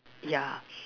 ya